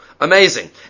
Amazing